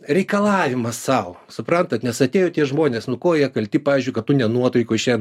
reikalavimas sau suprantat nes atėjo tie žmonės nu ko jie kalti pavyzdžiui kad tu ne nuotaikoj šiandien